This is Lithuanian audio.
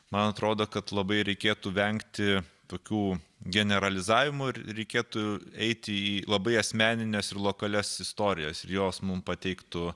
man atrodo kad labai reikėtų vengti tokių generalizavimų ir reikėtų eiti į labai asmenines ir lokalias istorijas ir jos mum pateiktų